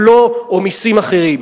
בלו או מסים אחרים.